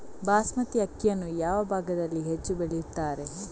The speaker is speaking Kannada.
ಬಾಸ್ಮತಿ ಅಕ್ಕಿಯನ್ನು ಯಾವ ಭಾಗದಲ್ಲಿ ಹೆಚ್ಚು ಬೆಳೆಯುತ್ತಾರೆ?